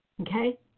okay